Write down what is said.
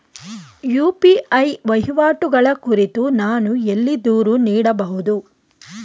UPI ವಹಿವಾಟುಗಳ ಕುರಿತು ನಾನು ಎಲ್ಲಿ ದೂರು ನೀಡಬಹುದು?